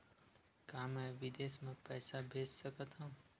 का मैं विदेश म पईसा भेज सकत हव?